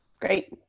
Great